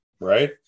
right